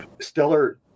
stellar